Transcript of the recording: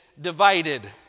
divided